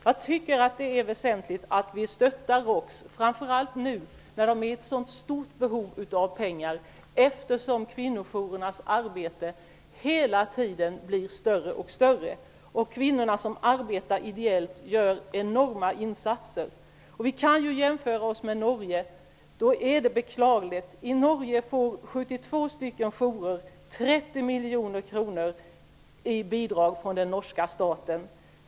Jag tycker att det är väsentligt att vi stöttar jourerna framför allt nu när de har ett så stort behov av pengar. Kvinnojourernas arbete blir hela tiden mer omfattande. Kvinnorna som arbetar ideellt gör enorma insatser. Vi kan jämföra oss med Norge, och då kan man säga att situationen i Sverige är beklaglig. I Norge får 72 jourer 30 miljoner kronor i bidrag från den norska staten.